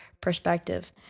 perspective